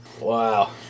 Wow